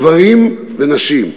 גברים ונשים.